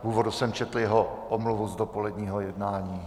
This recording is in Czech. V úvodu jsem četl jeho omluvu z dopoledního jednání.